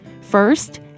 First